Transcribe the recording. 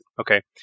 okay